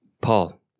Paul